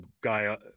guy